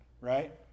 right